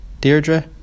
Deirdre